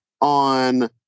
on